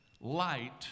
light